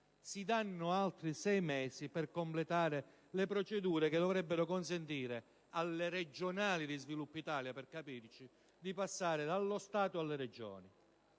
Si prevedono altri sei mesi per completare le procedure che dovrebbero consentire alle regionali di Sviluppo Italia - per capirci - di passare dallo Stato alle Regioni.